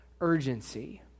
urgency